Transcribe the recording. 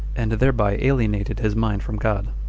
and thereby alienated his mind from god.